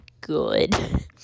good